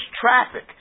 traffic